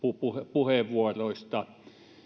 puheenvuoroista